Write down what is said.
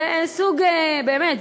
באמת,